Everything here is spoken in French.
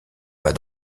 pas